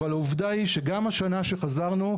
אבל העובדה היא שגם השנה כשחזרנו,